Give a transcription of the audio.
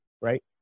right